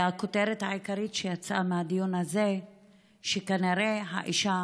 הכותרת העיקרית שיצאה בדיון הזה הייתה שכנראה האישה